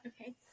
okay